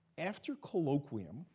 after colloquium,